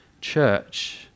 church